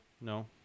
No